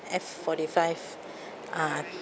F forty five ah